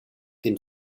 den